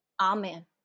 Amen